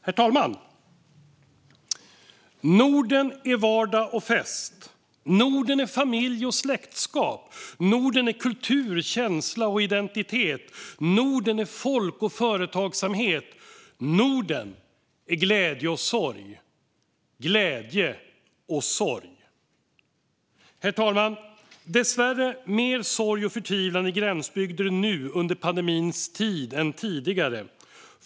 Herr talman! Norden är vardag och fest. Norden är familj och släktskap. Norden är kultur, känsla och identitet. Norden är folk och företagsamhet. Norden är glädje och sorg. Glädje och sorg. Herr talman! Det är dessvärre mer sorg och förtvivlan i gränsbygder nu under pandemins tid än tidigare.